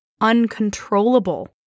uncontrollable